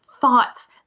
thoughts